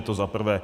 To za prvé.